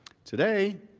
today,